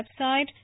website